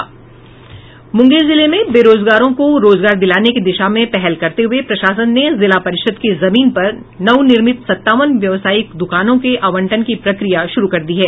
मूंगेर जिले में बेरोजगारों को रोजगार दिलाने की दिशा में पहल करते हुए प्रशासन ने जिला परिषद की जमीन पर नवनिर्मित सत्तावन व्यवसायिक दुकानों के आवंटन की प्रक्रिया शुरू कर दी है